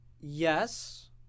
Yes